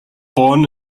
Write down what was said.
born